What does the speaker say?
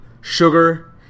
sugar